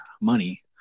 money